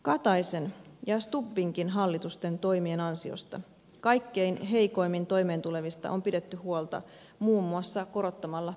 kataisen ja stubbinkin hallitusten toimien ansiosta kaikkein heikoimmin toimeentulevista on pidetty huolta muun muassa korottamalla perusturvaa